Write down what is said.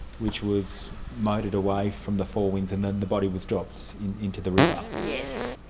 which was motored away from the four winds and then the body was dropped into the river. yes,